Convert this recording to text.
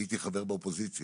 הייתי חבר באופוזיציה